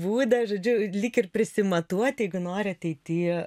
būdą žodžiu lyg ir prisimatuot jeigu nori ateity